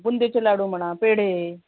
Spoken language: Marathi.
बुंदीचे लाडू म्हणा पेढे